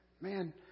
man